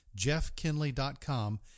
jeffkinley.com